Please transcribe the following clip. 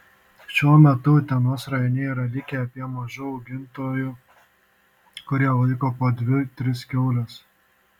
šiuo metu utenos rajone yra likę apie mažų augintojų kurie laiko po dvi tris kiaules